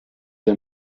der